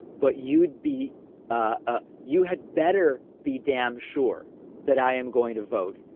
but you'd be a you had better be damn sure that i am going to vote.